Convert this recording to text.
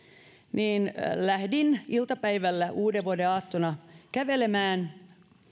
lähdin iltapäivällä uudenvuodenaattona kävelemään